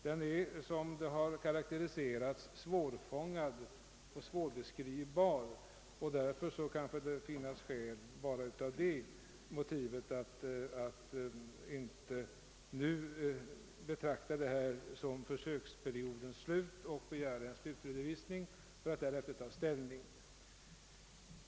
Den är, som det har sagts, svårfångad och svårbeskrivbar, och därför kan det bara av den anledningen vara skäl att inte nu låta försöksperioden vara slut och begära en slutredovisning för att därefter ta ställning.